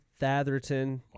Thatherton